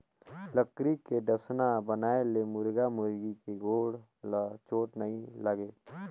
लकरी के डसना बनाए ले मुरगा मुरगी के गोड़ ल चोट नइ लागे